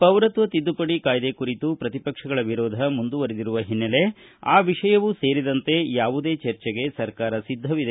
ಪೌರತ್ವ ತಿದ್ದುಪಡಿ ಕಾಯ್ದೆ ಕುರಿತು ಪ್ರತಿಪಕ್ಷಗಳ ವಿರೋಧ ಮುಂದುವರಿದಿರುವ ಓನ್ನೆಲೆ ಆ ವಿಷಯವೂ ಸೇರಿದಂತೆ ಯಾವುದೇ ಚರ್ಚೆಗೆ ಸರ್ಕಾರ ಸಿದ್ದವಿದೆ